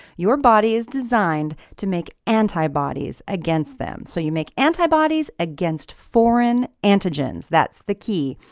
your body is designed to make antibodies against them. so you make antibodies against foreign antigens, that's the key.